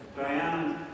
Diane